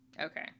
Okay